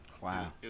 Wow